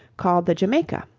called the jamaica,